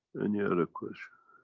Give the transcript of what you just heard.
any other question?